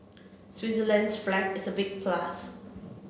Switzerland's flag is a big plus